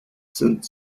sind